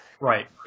right